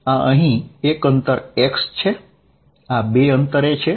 આ એક અંતર x છે આ 2 અંતરે છે